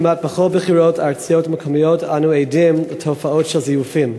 כמעט בכל בחירות ארציות ומקומיות אנו עדים לתופעות של זיופים,